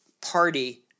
party